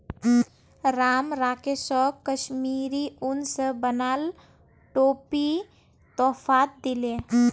राम राकेशक कश्मीरी उन स बनाल टोपी तोहफात दीले